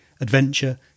adventure